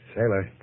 Sailor